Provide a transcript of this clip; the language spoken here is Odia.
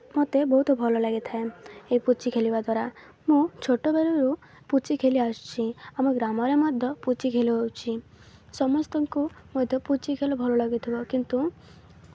ମତେ ବହୁତ ଭଲ ଲାଗିଥାଏ ଏଇ ପୁଚି ଖେଳିବା ଦ୍ୱାରା ମୁଁ ଛୋଟବେଳରୁ ପୁଚି ଖେଳି ଆସୁଛି ଆମ ଗ୍ରାମରେ ମଧ୍ୟ ପୁଚି ଖେଳ ହେଉଛି ସମସ୍ତଙ୍କୁ ମଧ୍ୟ ପୁଚି ଖେଳ ଭଲ ଲାଗିଥିବ କିନ୍ତୁ